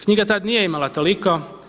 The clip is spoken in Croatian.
Knjiga tad nije imala toliko.